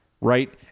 right